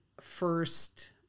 first